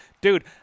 dude